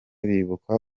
bibuka